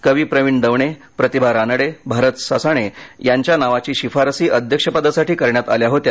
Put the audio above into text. कवी प्रवीण दवणे प्रतिभा रानडे भारत सासणे यांच्या नावाच्या शिफारसी अध्यक्षपदासाठी करण्यात आल्या होत्या